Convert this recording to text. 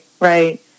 right